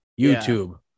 YouTube